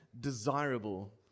desirable